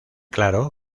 claro